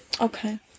Okay